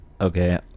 Okay